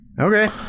Okay